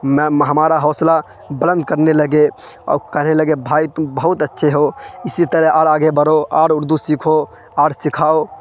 میم ہمارا حوصلہ بلند کرنے لگے اور کہنے لگے بھائی تو بہت اچھے ہو اسی طرح اور آگے بڑھو اور اردو سیکھو اور سکھاؤ